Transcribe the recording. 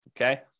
Okay